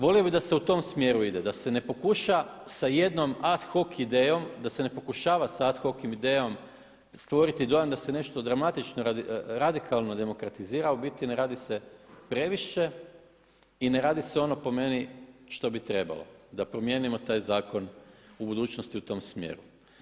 Volio bih da se u tom smjeru ide, da se ne pokuša sa jednom ad hoc idejom, da se ne pokušava sa ad hoc idejom stvoriti dojam da se nešto radikalno demokratizira, a u biti ne radi se previše i ne radi se ono po meni što bi trebalo da promijenimo taj zakon u budućnosti u tom smjeru.